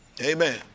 Amen